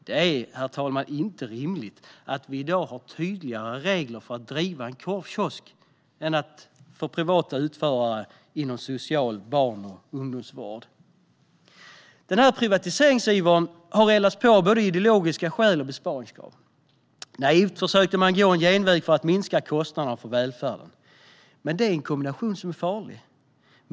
Det är, herr talman, inte rimligt att det i dag finns tydligare regler för att driva en korvkiosk än för privata utförare inom social barn och ungdomsvård. Privatiseringsivern har eldats på av ideologiska skäl och av besparingskrav. Naivt försöker man gå en genväg för att minska kostnaderna för välfärden. Men det är en farlig kombination.